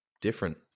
different